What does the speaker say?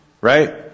Right